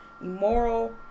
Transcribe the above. immoral